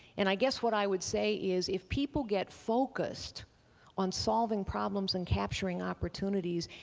and i guess what i would say is, if people get focused on solving problems and capturing opportunities,